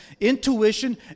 intuition